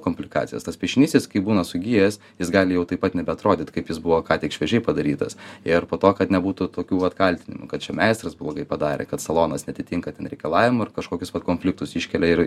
komplikacijas tas piešinys jis kai būna sugijęs jis gali jau taip pat nebeatrodyt kaip jis buvo ką tik šviežiai padarytas ir po to kad nebūtų tokių vat kaltinimų kad čia meistras blogai padarė kad salonas neatitinka ten reikalavimų ir kažkokius vat konfliktus iškelia ir